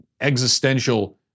existential